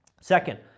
Second